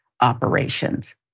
operations